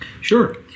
Sure